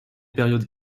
périodes